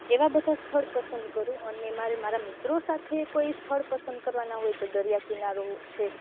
એવાં બધાં સ્થળ પસંદ કરું અને મારે મારાં મિત્રો સાથે કોઇ સ્થળ પસંદ કરવાનાં હોય તો દરિયા કિનારો છે